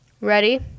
Ready